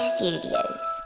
Studios